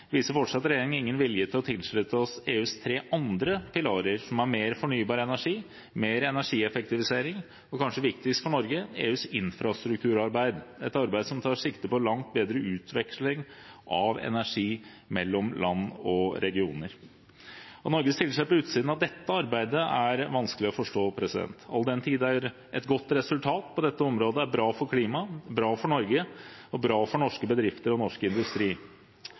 viser regjeringen fortsatt ingen vilje til å tilslutte seg EUs tre andre pilarer, som er mer fornybar energi, mer energieffektivisering og kanskje viktigst for Norge, EUs infrastrukturarbeid – et arbeid som tar sikte på langt bedre utveksling av energi mellom land og regioner. Om Norge stiller seg på utsiden av dette arbeidet, er det vanskelig å forstå, all den tid et godt resultat på dette området er bra for klimaet, bra for Norge og bra for norske bedrifter og norsk industri.